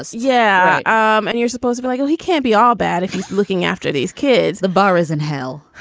ah yeah. um and you're supposed to be like, oh, he can't be all bad if he's looking after these kids. the bar isn't hell.